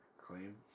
claim